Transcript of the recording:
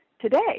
today